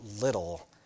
little